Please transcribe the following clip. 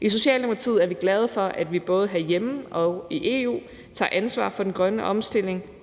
I Socialdemokratiet er vi glade for, at vi både herhjemme og i EU tager ansvar for den grønne omstilling